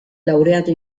laureato